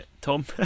Tom